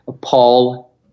Paul